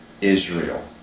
Israel